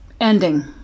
ending